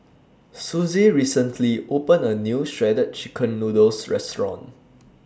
Sussie recently opened A New Shredded Chicken Noodles Restaurant